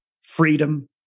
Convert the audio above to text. freedom